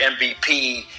MVP